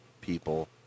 people